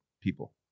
people